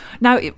Now